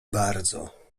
bardzo